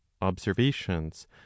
observations